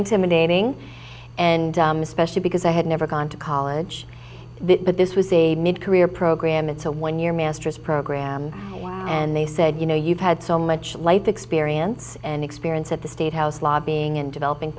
intimidating and especially because i had never gone to college but this was a career program it's a one year master's program and they said you know you've had so much life experience and experience at the state house lobbying and developing